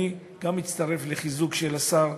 אני מצטרף לחיזוק של השר,